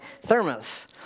thermos